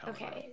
Okay